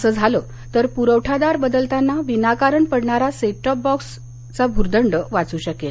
असं झालं तर पुरवठादार बदलताना विनाकारण पडणारा सेटटॉप बॉक्सचा भुर्दंड वाचू शकेल